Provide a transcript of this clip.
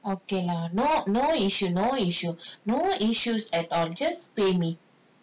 okay lah not no issue no issue no issues at all just pay me